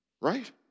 Right